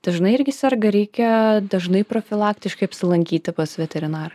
dažnai irgi serga reikia dažnai profilaktiškai apsilankyti pas veterinarą